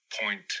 point